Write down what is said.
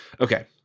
Okay